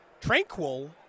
Tranquil